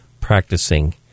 practicing